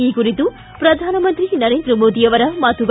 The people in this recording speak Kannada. ಈ ಕುರಿತು ಪ್ರಧಾನಮಂತ್ರಿ ನರೇಂದ್ರ ಮೋದಿ ಅವರ ಮಾತುಗಳು